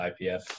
IPF